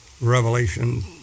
Revelation